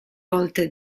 volta